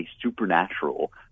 supernatural